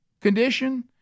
condition